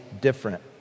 different